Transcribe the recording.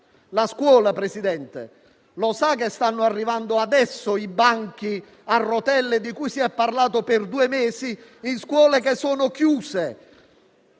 di scuola, presidente Conte, lo sa che stanno arrivando adesso i banchi a rotelle di cui si è parlato per due mesi in scuole che sono chiuse?